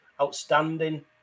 outstanding